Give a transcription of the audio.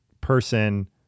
person